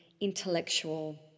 intellectual